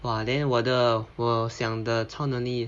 !wah! then 我的我想的超能力